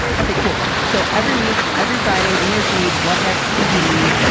ok cool. so every week every friday in your feed what next tbd.